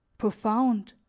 profound.